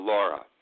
Laura